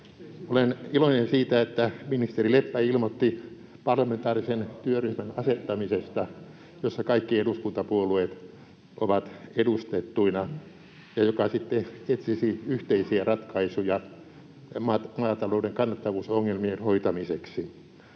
Olen iloinen siitä, että ministeri Leppä ilmoitti sellaisen parlamentaarisen työryhmän asettamisesta, jossa kaikki eduskuntapuolueet ovat edustettuina ja joka sitten etsisi yhteisiä ratkaisuja maatalouden kannattavuusongelmien hoitamiseksi.